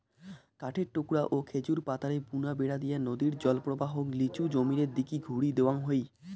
কাঠের টুকরা ও খেজুর পাতারে বুনা বেড়া দিয়া নদীর জলপ্রবাহক লিচু জমিনের দিকি ঘুরি দেওয়াং হই